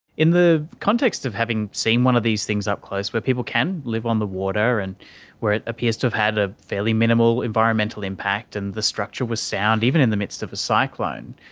in the context of having seen one of these things up close where people can live on the water and where it appears to have had a fairly minimal environmental impact and the structure was sound, even in the midst of a cyclone,